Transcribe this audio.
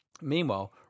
Meanwhile